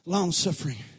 Long-suffering